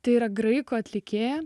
tai yra graikų atlikėja